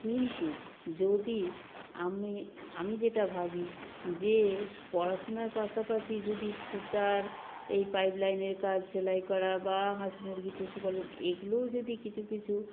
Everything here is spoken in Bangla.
কিন্তু যদি আমি আমি যেটা ভাবি যে পড়াশোনার পাশাপাশি যদি ছুতোর এই পাইপ লাইনের কাজ সেলাই করা বা হাঁস মুরগি পশুপালন এগুলোও যদি কিছু কিছু